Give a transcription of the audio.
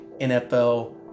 NFL